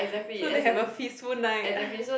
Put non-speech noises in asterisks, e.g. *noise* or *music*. so they have a feastful night *laughs*